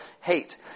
hate